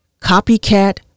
copycat